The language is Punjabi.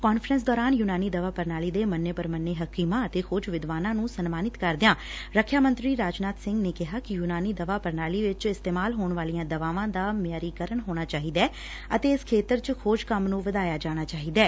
ਕਾਨਫਰੰਸ ਦੌਰਾਨ ਯੁਨਾਨੀ ਦਵਾ ਪੁਣਾਲੀ ਦੇ ਮੰਨੇ ਪੁਮੰਨੇ ਹਕੀਮਾ ਅਤੇ ਖੋਜ ਵਿਦਵਾਨਾ ਨੰ ਸਨਮਾਨਿਤ ਕਰਦਿਆ ਰੱਖਿਆ ਮੰਤਰੀ ਰਾਜਨਾਥ ਸਿੰਘ ਨੇ ਕੈਹਾ ਕਿ ਯੁਨਾਨੀ ਦਵਾ ਪੁਣਾਲੀ ਵਿਚ ਇਸਤੇਮਾਲ ਹੋਣ ਵਾਲੀਆਂ ਦਵਾਵਾਂ ਦਾ ਮਿਆਰੀਕਰਨ ਹੋਣਾ ਚਾਹੀਦੈ ਅਤੇ ਇਸ ਖੇਤਰ ਚ ਖੋਜ ਕੰਮ ਨੁੰ ਵਧਾਇਆ ਜਾਣਾ ਚਾਹੀਦੈ